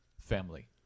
family